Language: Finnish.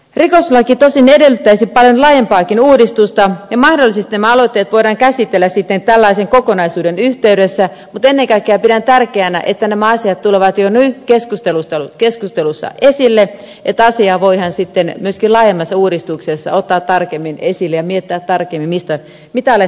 rikoslaki tosin edellyttäisi paljon laajempaakin uudistusta ja mahdollisesti nämä aloitteet voidaan käsitellä sitten tällaisen kokonaisuuden yhteydessä mutta ennen kaikkea pidän tärkeänä että nämä asiat tulevat jo nyt keskustelussa esille jolloin asiaa voidaan sitten myöskin laajemmassa uudistuksessa ottaa tarkemmin esille ja miettiä tarkemmin mitä aletaan tekemään